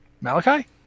Malachi